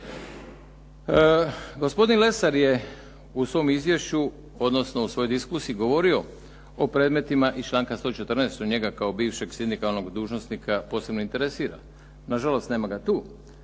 Gospodin Lesar je u svom izvješću odnosno u svojoj diskusiji govorio o predmetima iz članka 114. što njega kao bivšeg sindikalnog dužnosnika posebno interesira. Nažalost nema ga tu.